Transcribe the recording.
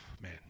Man